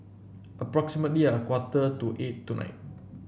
approximately a quarter to eight tonight